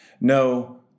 No